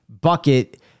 bucket